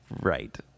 Right